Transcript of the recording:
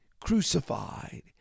crucified